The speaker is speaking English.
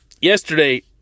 Yesterday